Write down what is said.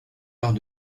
lors